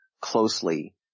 closely